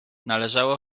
należało